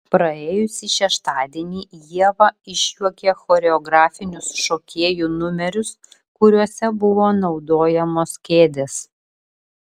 praėjusį šeštadienį ieva išjuokė choreografinius šokėjų numerius kuriuose buvo naudojamos kėdės